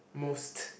most